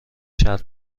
شرط